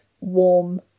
warm